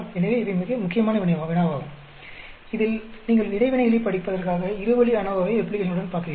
எனவே இவை மிக முக்கியமான வினாவாகும் இதில் நீங்கள் இடைவினைகளைப் படிப்பதற்காக இரு வழி அநோவாவை ரெப்ளிகேஷனுடன் பார்க்கிறீர்கள்